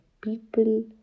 people